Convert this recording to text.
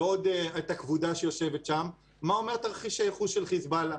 ועוד את הכבודה שיושבת שם מה אומר תרחיש הייחוס של חיזבאללה.